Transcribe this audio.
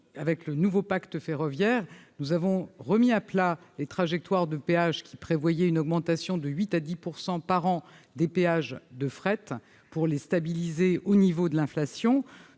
sur le nouveau pacte ferroviaire, nous avons remis à plat les trajectoires de péages, qui prévoyaient une augmentation de 8 % à 10 % par an des péages de fret pour les stabiliser au niveau de l'inflation.